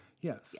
yes